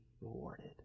rewarded